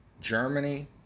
Germany